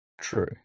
True